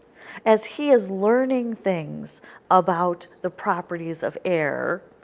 as he is learning things about the properties of air,